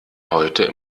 heute